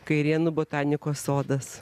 kairėnų botanikos sodas